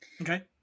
Okay